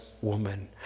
woman